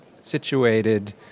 situated